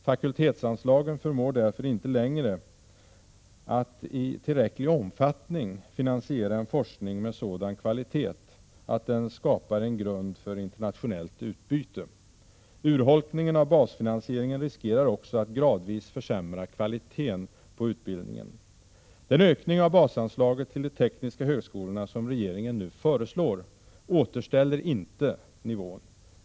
Fakultetsanslagen förmår därför inte längre att i tillräcklig omfattning finansiera en forskning med sådan kvalitet att den skapar en grund för internationellt utbyte. Urholkningen av basfinansieringen riskerar också att gradvis försämra kvaliteten på utbildningen. Den ökning av basanslaget till de tekniska högskolorna som regeringen nu föreslår återställer inte nivån.